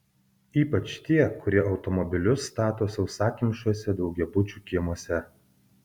ypač tie kurie automobilius stato sausakimšuose daugiabučių kiemuose